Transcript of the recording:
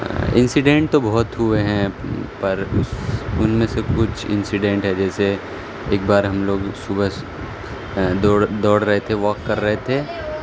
incident تو بہت ہوئے ہیں پر اس ان میں سے کچھ انسیڈنٹ ہے جیسے ایک بار ہم لوگ صبح دوڑ دوڑ رہے تھے واک کر رہے تھے